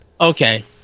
Okay